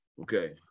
Okay